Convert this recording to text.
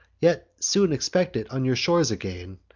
yet soon expect it on your shores again,